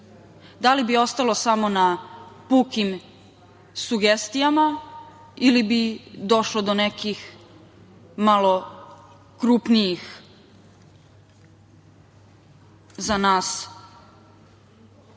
Da li bi ostalo samo na pukim sugestijama ili bi došlo do nekih malo krupnijih za nas